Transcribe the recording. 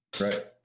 right